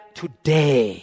today